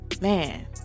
man